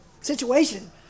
situation